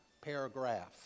paragraph